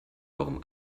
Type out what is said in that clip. warum